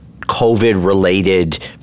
COVID-related